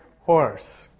horse